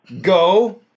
Go